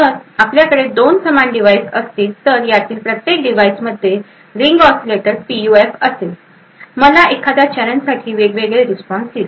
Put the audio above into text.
जर आपल्याकडे दोन समान डिव्हाइस असतील तर यातील प्रत्येक डिव्हाइस मध्ये रिंग ऑसीलेटर पीयूएफ असेल मला एखाद्या चॅलेंज साठी वेगवेगळे रिस्पॉन्स देईल